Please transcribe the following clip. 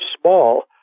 small